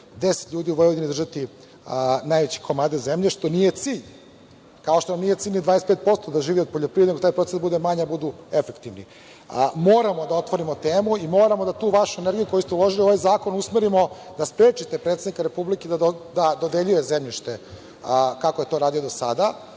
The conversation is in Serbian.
ljudi u Vojvodini držalo najveće komade zemlje, što nije cilj. Nije cilj ni 25% da živi od poljoprivrede, nego da taj procenat bude manji, da bude efektivniji. Moramo da otvorimo temu i moramo da tu vašu energiju koju ste uložili u ovaj zakon usmerimo da sprečite predsednika Republike da dodeljuje zemljište, kako je to radio do sada,